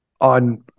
On